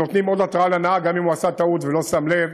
ונותנים עוד התראה לנהג אם הוא עשה טעות ולא שם לב